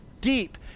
deep